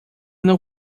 não